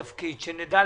הכול בסדר?